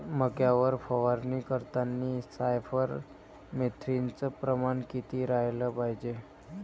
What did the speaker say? मक्यावर फवारनी करतांनी सायफर मेथ्रीनचं प्रमान किती रायलं पायजे?